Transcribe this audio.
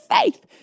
faith